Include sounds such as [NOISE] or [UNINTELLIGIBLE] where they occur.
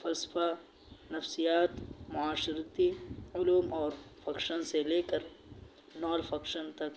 فلسفہ نفسیات معاشرتی علوم اور [UNINTELLIGIBLE] سے لے کر نان فکشن تک